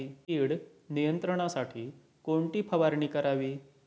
कीड नियंत्रणासाठी कोणती फवारणी करावी?